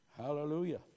Hallelujah